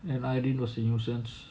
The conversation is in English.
and I didn't was a nuisance